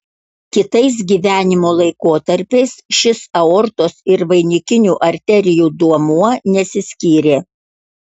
kitais gyvenimo laikotarpiais šis aortos ir vainikinių arterijų duomuo nesiskyrė